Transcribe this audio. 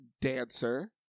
dancer